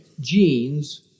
genes